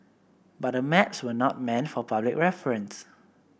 but the maps were not meant for public reference